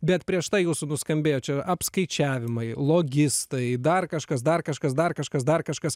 bet prieš tai jūsų nuskambėjo čia apskaičiavimai logistai dar kažkas dar kažkas dar kažkas dar kažkas